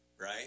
right